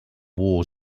war